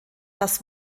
das